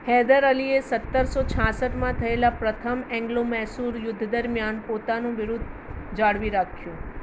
હૈદર અલીએ સત્તરસો છાંસઠમાં થયેલાં પ્રથમ એંગ્લો મૈસૂર યુદ્ધ દરમિયાન પોતાનું બિરુદ જાળવી રાખ્યું